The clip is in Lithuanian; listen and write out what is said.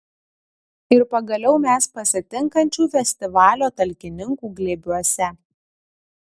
ir pagaliau mes pasitinkančių festivalio talkininkų glėbiuose